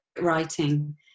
writing